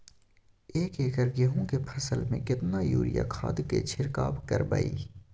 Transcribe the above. एक एकर गेहूँ के फसल में केतना यूरिया खाद के छिरकाव करबैई?